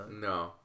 No